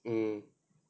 mm